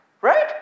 Right